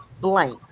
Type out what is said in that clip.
blank